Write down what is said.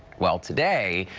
well, today,